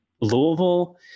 Louisville